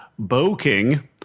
boking